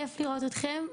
כייף לראות אתכם,